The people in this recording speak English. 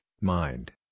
Mind